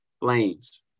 Flames